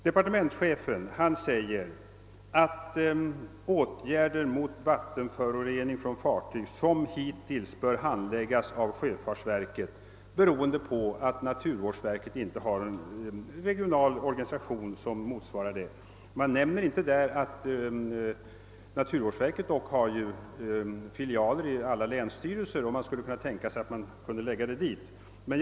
Departementschefen framhåller att åtgärder mot vattenförorening från fartyg liksom hittills bör handläggas av sjöfartsverket, beroende på att naturvårdsverket inte har en regional organisation som motsvarar fordringarna. Det nämns. inte att naturvårdsverket dock har filialer i alla länsstyrelser, och man skulle kunna tänka sig att dessa finge sköta saken.